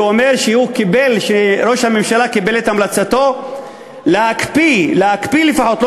והוא אומר שראש הממשלה קיבל את המלצתו להקפיא לפחות,